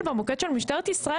במוקד של משטרת ישראל?